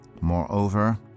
Moreover